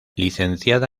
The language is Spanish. licenciada